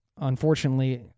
unfortunately